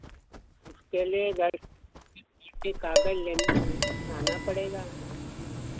उसके लिए भाई कागज़ लेने आना पड़ेगा